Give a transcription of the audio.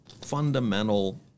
fundamental